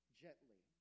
gently